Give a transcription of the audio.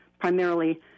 primarily